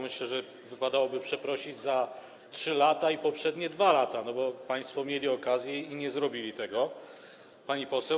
Myślę, że wypadałoby przeprosić za te 3 lata i poprzednie 2 lata, bo państwo mieli okazję i nie zrobili tego, pani poseł.